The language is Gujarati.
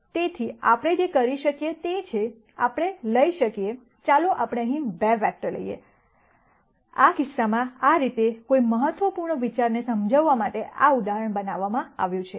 તેથી આપણે જે કરી શકીએ તે છે આપણે લઈ શકીએ ચાલો આપણે અહીં 2 વેક્ટર લઈએ આ કિસ્સામાં આ રીતે કોઈ મહત્વપૂર્ણ વિચારને સમજાવવા માટે આ ઉદાહરણ બનાવવામાં આવ્યું છે